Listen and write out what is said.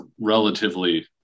relatively